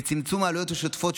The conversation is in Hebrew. וצמצום העלויות השוטפות,